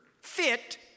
fit